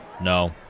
no